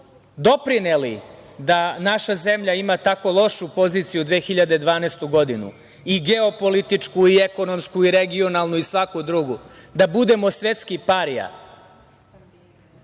doprineli da naša zemlja ima tako lošu poziciju 2012. godine i geopolitičku i ekonomsku i regionalnu i svaku drugu da budemo svetski parija,